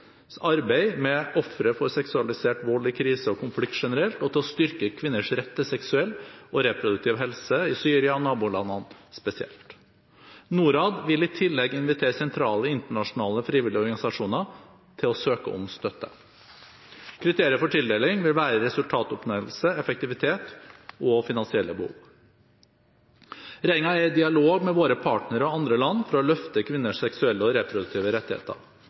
arbeid med ofre for seksualisert vold i krise og konflikt generelt og til å styrke kvinners rett til seksuell og reproduktiv helse i Syria og nabolandene spesielt. Norad vil i tillegg invitere sentrale internasjonale frivillige organisasjoner til å søke om støtte. Kriterier for tildeling vil være resultatoppnåelse, effektivitet og finansielle behov. Regjeringen er i dialog med våre partnere og andre land for å løfte kvinners seksuelle og reproduktive rettigheter.